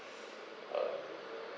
uh